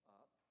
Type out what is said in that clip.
up